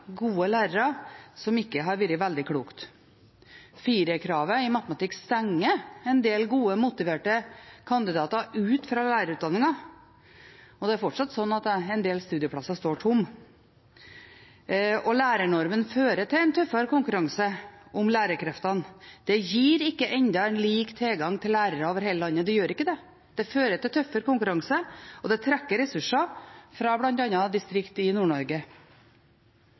gode lærere, som ikke har vært veldig klokt. Firerkravet i matematikk stenger en del gode, motiverte kandidater ute fra lærerutdanningen, og det er fortsatt slik at en del studieplasser står tomme. Lærernormen fører til en tøffere konkurranse om lærerkreftene. Den gir ennå ikke lik tilgang til lærere over hele landet. Den fører til tøffere konkurranse, og den trekker ressurser fra bl.a. distrikter i